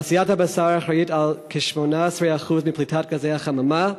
תעשיית הבשר אחראית לכ-18% מפליטת גזי החממה,